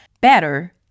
better